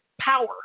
power